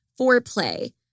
Foreplay